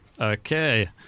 Okay